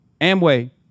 Amway